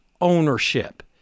ownership